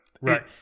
right